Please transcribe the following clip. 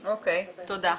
תודה.